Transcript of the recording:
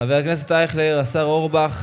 חבר הכנסת אייכלר, השר אורבך